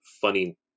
funny